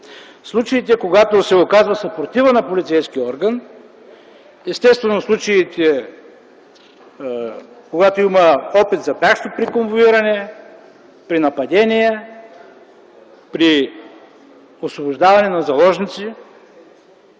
случаите, когато се оказва съпротива на полицейския орган, естествено случаите, когато има опит за бягство при конвоиране, при нападение, при освобождаване на заложници.